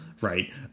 right